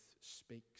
speaks